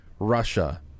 Russia